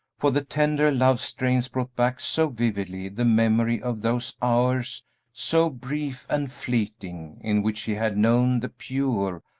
for the tender love-strains brought back so vividly the memory of those hours so brief and fleeting in which she had known the pure,